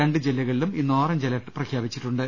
രണ്ട് ജില്ലകളിലും ഇന്ന് ഓറഞ്ച് അലേർട്ട് പ്രഖ്യാ പിച്ചിട്ടുണ്ട്